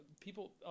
people